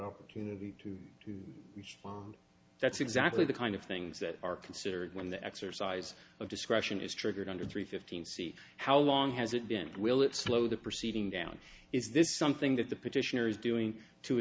respond that's exactly the kind of things that are considered when the exercise of discretion is triggered under three fifteen see how long has it been will it slow the proceeding down is this something that the petitioner is doing to